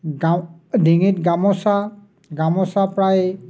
গাওঁ ডিঙিত গামোচা গামোচা প্ৰায়